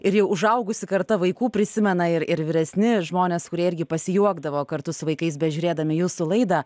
ir jau užaugusi karta vaikų prisimena ir ir vyresni žmonės kurie irgi pasijuokdavo kartu su vaikais bežiūrėdami jūsų laidą